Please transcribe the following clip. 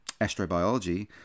astrobiology